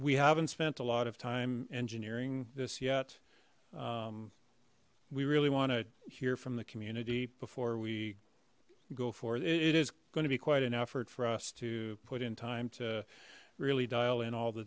we haven't spent a lot of time engineering this yet we really want to hear from the community before we go for it it is going to be quite an effort for us to put in time to really dial in all the